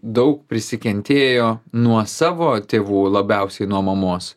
daug prisikentėjo nuo savo tėvų labiausiai nuo mamos